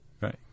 Right